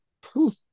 poof